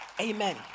Amen